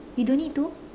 you don't need to